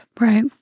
Right